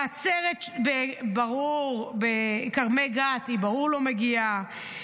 לעצרת בכרמי גת ברור שהיא לא מגיעה,